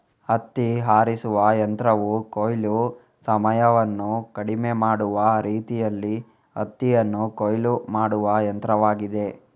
ಹತ್ತಿ ಆರಿಸುವ ಯಂತ್ರವು ಕೊಯ್ಲು ಸಮಯವನ್ನು ಕಡಿಮೆ ಮಾಡುವ ರೀತಿಯಲ್ಲಿ ಹತ್ತಿಯನ್ನು ಕೊಯ್ಲು ಮಾಡುವ ಯಂತ್ರವಾಗಿದೆ